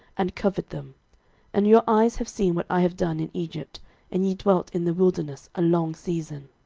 and covered them and your eyes have seen what i have done in egypt and ye dwelt in the wilderness a long season.